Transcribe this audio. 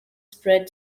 spread